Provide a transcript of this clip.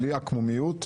בלי עקמומיות,